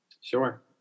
Sure